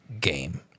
game